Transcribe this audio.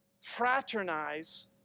fraternize